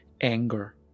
anger